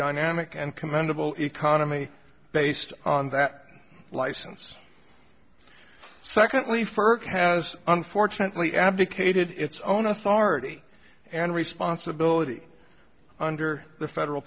dynamic and commendable economy based on that license secondly ferk has unfortunately abdicated its own authority and responsibility under the federal